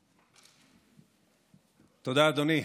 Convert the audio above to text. תודה, אדוני.